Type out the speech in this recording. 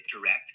Direct